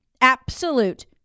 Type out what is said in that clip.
Absolute